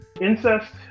Incest